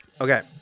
Okay